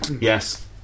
yes